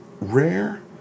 rare